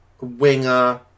winger